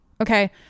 okay